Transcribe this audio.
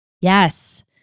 Yes